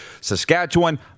Saskatchewan